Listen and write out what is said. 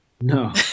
No